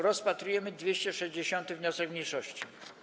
Rozpatrujemy 260. wniosek mniejszości.